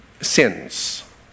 sins